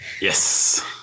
yes